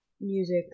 music